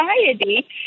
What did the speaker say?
society